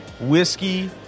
whiskey